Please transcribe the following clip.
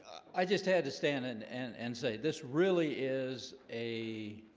i just had to stand and and and say this really is a